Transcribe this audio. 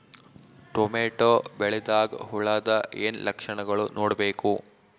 Tomato ಬೆಳಿದಾಗ್ ಹುಳದ ಏನ್ ಲಕ್ಷಣಗಳು ನೋಡ್ಬೇಕು?